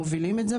ומובילים את זה,